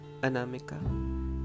Anamika